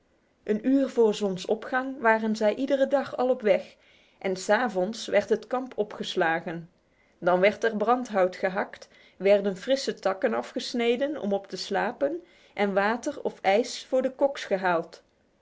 een uur voor zonsopgang waren zij iedere dag al op weg en s avonds werd het kamp opgeslagen dan werd er brandhout gehakt werden frisse takken gesneden om op te slapen en water of ijs voor de koks gehaald